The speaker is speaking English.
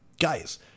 Guys